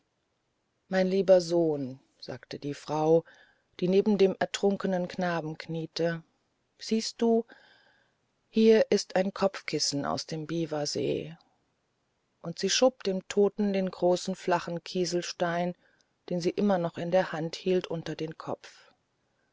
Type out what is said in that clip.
mein lieber sohn sagte die frau die neben dem ertrunkenen knaben kniete siehst du hier ist ein kopfkissen aus dem biwasee und sie schob dem toten den großen flachen kieselstein den sie immer noch in der hand hielt unter den kopf